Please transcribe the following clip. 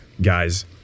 guys